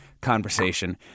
Conversation